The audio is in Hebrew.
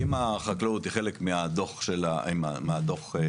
אם החקלאות היא חלק מהדוח הניטור,